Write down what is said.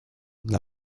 dla